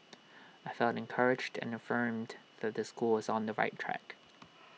I felt encouraged and affirmed that the school was on the right track